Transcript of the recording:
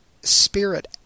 spirit